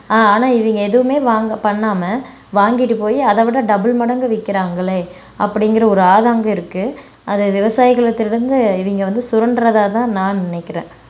ஆனால் இவங்க எதுவுமே வாங்கா பண்ணாமல் வாங்கிட்டு போய் அதைவிட டபுள் மடங்கு விற்கிறாங்களே அப்படிங்கிற ஒரு ஆதங்கம் இருக்குது அதை விவசாயிகளுகிட்டேருந்து இவங்க வந்து சுரண்டுறதாதான் நான் நினைக்கிறேன்